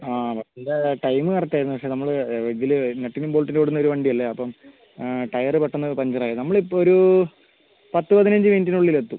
ബസ്സിൻ്റ time correct ആയിരുന്നു പക്ഷേ നമ്മൾ ഇതിൽ നട്ടിനും ബോൾട്ടിലും ഓടുന്ന ഒരു വണ്ടിയല്ലെ അപ്പം ടയർ പെട്ടന്ന് പഞ്ചറായി നമ്മൾ ഇപ്പം ഒരു പത്ത് പതിനഞ്ച് മിനിറ്റിനുള്ളിൽ എത്തും